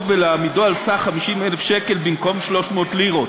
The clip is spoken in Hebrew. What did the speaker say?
ולהעמידו על סך 50,000 שקל במקום 300 לירות.